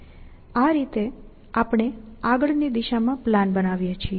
આ રીતે આપણે આગળની દિશામાં પ્લાન બનાવીએ છીએ